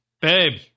Babe